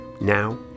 Now